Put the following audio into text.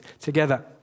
together